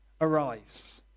arrives